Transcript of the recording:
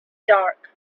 dark